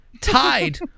tied